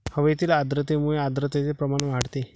हवेतील आर्द्रतेमुळे आर्द्रतेचे प्रमाण वाढते